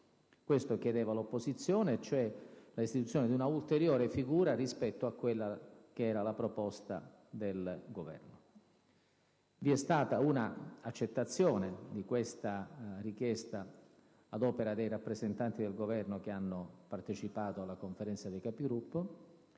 Questo chiedeva l'opposizione, cioè l'istituzione di un'ulteriore figura rispetto alla proposta del Governo. Vi è stata un'accettazione di questa richiesta ad opera dei rappresentanti del Governo che hanno partecipato alla Conferenza dei Capigruppo